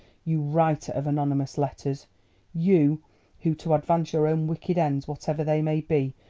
you writer of anonymous letters you who, to advance your own wicked ends whatever they may be,